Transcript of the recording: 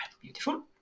beautiful